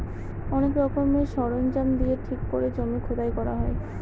অনেক রকমের সরঞ্জাম দিয়ে ঠিক করে জমি খোদাই করা হয়